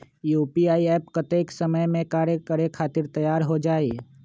UPI app कतेइक समय मे कार्य करे खातीर तैयार हो जाई?